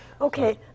Okay